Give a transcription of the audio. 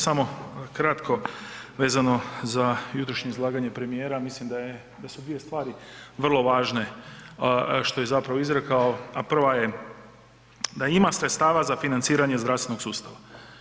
Samo kratko vezano za jutrošnje izlaganje premijera, mislim da je, da su dvije stvari vrlo važne što je zapravo izrekao, a prva je da ima sredstava za financiranje zdravstvenog sustava.